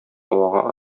һавага